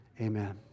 Amen